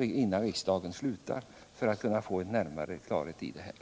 innan riksdagen slutar i vår, för att vi skall få närmare klarhet i detta.